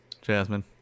Jasmine